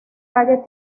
calle